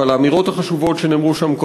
ועל האמירות החשובות שנאמרו שם,